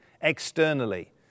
externally